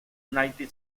united